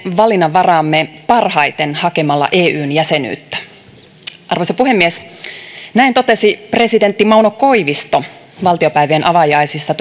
valinnanvaraamme parhaiten hakemalla eyn jäsenyyttä arvoisa puhemies näin totesi presidentti mauno koivisto valtiopäivien avajaisissa